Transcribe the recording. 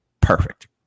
perfect